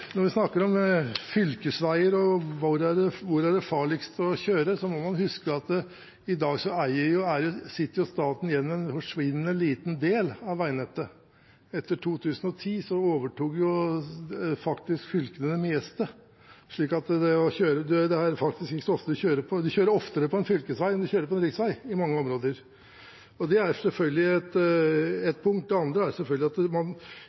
Når vi snakker om fylkesveier og hvor det er farligst å kjøre, må man huske at i dag sitter staten igjen med en forsvinnende liten del av veinettet. Etter 2010 overtok faktisk fylkene det meste, så man kjører oftere på en fylkesvei enn på en riksvei i mange områder, og det er selvfølgelig et punkt. Det andre er at da man